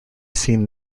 seen